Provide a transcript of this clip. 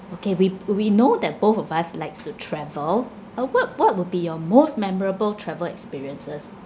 okay we we know that both of us likes to travel uh what what would be your most memorable travel experiences